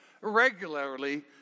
Regularly